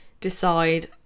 decide